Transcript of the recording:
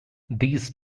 these